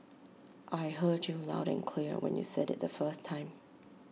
I heard you loud and clear when you said IT the first time